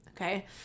Okay